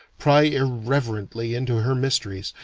pry irreverently into her mysteries,